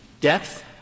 depth